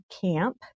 camp